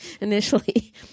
initially